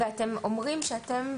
ואתם אומרים שאתם,